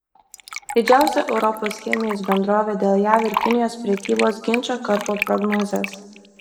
didžiausia europos chemijos bendrovė dėl jav ir kinijos prekybos ginčo karpo prognozes